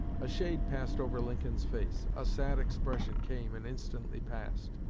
a shade passed over lincoln's face, a sad expression came and instantly passed,